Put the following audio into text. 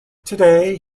today